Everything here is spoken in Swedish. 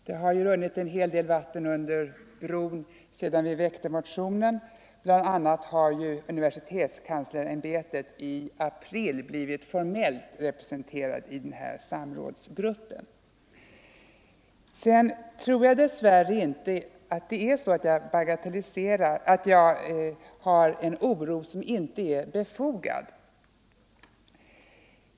Det har ju runnit en hel del vatten under bron sedan vi väckte motionen; bl.a. har universitetskanslersämbetet i april blivit forinellt representerat i samrådsgruppen. Dess värre tror jag inte att den oro jag känner är obefogad.